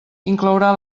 inclourà